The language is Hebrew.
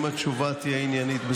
אם התשובה תהיה עניינית,